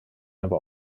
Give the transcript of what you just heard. aber